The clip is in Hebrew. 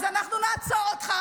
אז אנחנו נעצור אותך.